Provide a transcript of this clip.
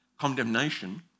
condemnation